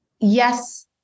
yes